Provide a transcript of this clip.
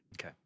Okay